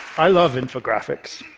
i love infographics.